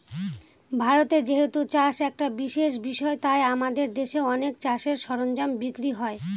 ভারতে যেহেতু চাষ একটা বিশেষ বিষয় তাই আমাদের দেশে অনেক চাষের সরঞ্জাম বিক্রি হয়